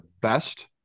best